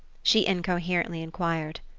she incoherently enquired.